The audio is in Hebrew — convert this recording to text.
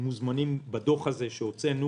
בדוח שהוצאנו.